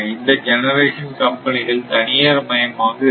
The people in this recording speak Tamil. இந்த ஜெனரேஷன் கம்பெனிகள் தனியார் மயமாக இருக்கும்